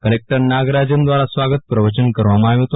collector Nagarajan દ્રારા સ્વાગત પ્રવચન કરવામાં આવ્યુ હતું